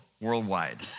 worldwide